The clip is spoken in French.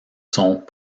sont